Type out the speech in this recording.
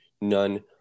none